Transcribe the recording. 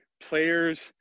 players